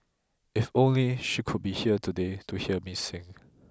if only she could be here today to hear me sing